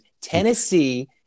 tennessee